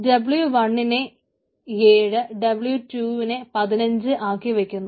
w1നെ 7 W 2നെ 15 ആക്കി വക്കുക